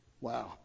wow